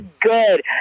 good